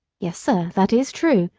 yes, sir, that is true,